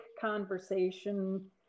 conversation